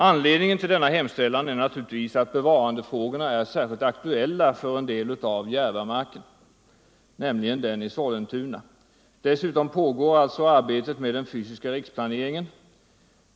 Anledningen till denna hemställan är naturligtvis att bevarandefrågorna är särskilt aktuella för en del av Järvamarken, nämligen den i Sollentuna. Dessutom pågår alltså arbetet med den fysiska riksplaneringen.